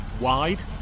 wide